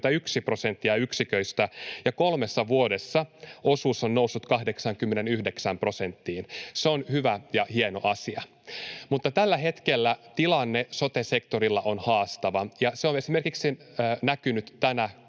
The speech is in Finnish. prosenttia yksiköistä ja kolmessa vuodessa osuus on noussut 89 prosenttiin. Se on hyvä ja hieno asia. Mutta tällä hetkellä tilanne sote-sektorilla on haastava, ja se on esimerkiksi näkynyt tänä